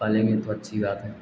पालेंगे तो अच्छी बात है